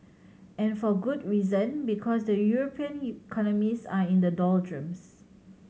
and for good reason because the European economies are in the doldrums